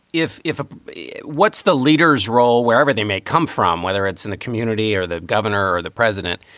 if if. ah what's the leaders role, wherever they may come from, whether it's in the community or the governor or the president,